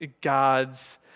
God's